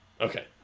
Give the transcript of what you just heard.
Okay